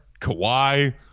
Kawhi